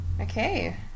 Okay